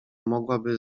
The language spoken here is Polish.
mogłaby